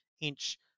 inch